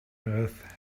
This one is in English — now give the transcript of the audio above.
earth